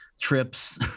TRIPS